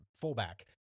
fullback